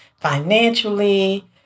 financially